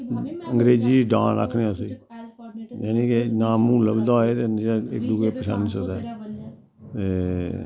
अंग्रेजी च डॉन आखनेआं उसी यानि के ना मूंह् लब्भदा ऐ ते न इक दुए पशानी सकदा ऐ ए